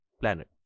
planet